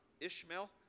Ishmael